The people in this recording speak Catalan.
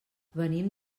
venim